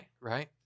right